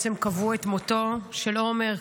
בעצם קבעו את מותו של עומר,